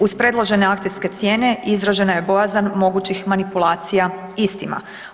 Uz predložene akcijske cijene, izražena je bojazan mogućih manipulacija istima.